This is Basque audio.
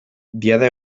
diada